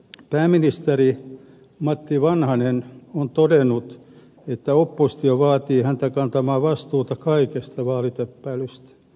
pääministeri matti vanhanen on todennut että oppositio vaatii häntä kantamaan vastuuta kaikesta vaalitöppäilystä